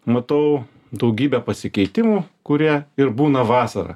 matau daugybę pasikeitimų kurie ir būna vasarą